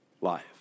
life